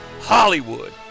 Hollywood